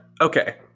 okay